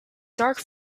dark